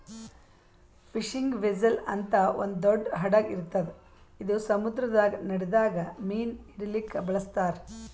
fishing vessel ಅಂತ್ ಒಂದ್ ದೊಡ್ಡ್ ಹಡಗ್ ಇರ್ತದ್ ಇದು ಸಮುದ್ರದಾಗ್ ನದಿದಾಗ್ ಮೀನ್ ಹಿಡಿಲಿಕ್ಕ್ ಬಳಸ್ತಾರ್